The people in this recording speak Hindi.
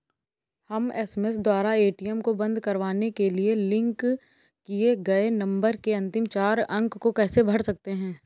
हम एस.एम.एस द्वारा ए.टी.एम को बंद करवाने के लिए लिंक किए गए नंबर के अंतिम चार अंक को कैसे भर सकते हैं?